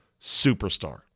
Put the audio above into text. superstar